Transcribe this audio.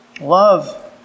Love